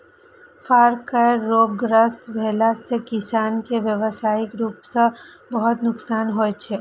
फल केर रोगग्रस्त भेला सं किसान कें व्यावसायिक रूप सं बहुत नुकसान होइ छै